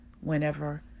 whenever